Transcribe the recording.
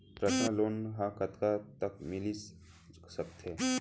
Personal loan ह कतका तक मिलिस सकथे?